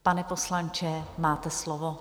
Pane poslanče, máte slovo.